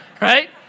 right